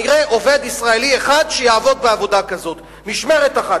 נראה עובד ישראלי אחד שיעבוד בעבודה כזאת משמרת אחת,